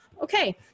Okay